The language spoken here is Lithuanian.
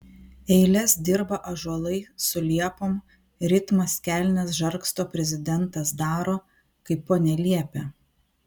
eiles dirba ąžuolai su liepom ritmas kelnes žargsto prezidentas daro kaip ponia liepia